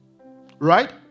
right